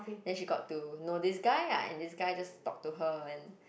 then she got to know this guy ah and this guy just talk to her and